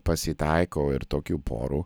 pasitaiko ir tokių porų